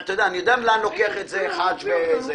אני יודע לאן לוקחים את זה חאג' וחנין.